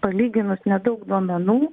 palyginus nedaug duomenų